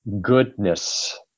goodness